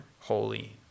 holy